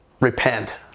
repent